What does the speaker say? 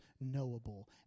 knowable